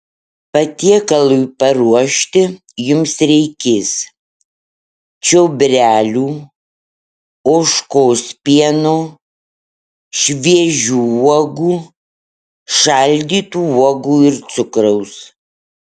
patiekalui paruošti jums reikės čiobrelių ožkos pieno šviežių uogų šaldytų uogų ir cukraus